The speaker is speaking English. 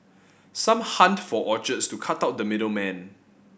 some hunt for orchards to cut out the middle man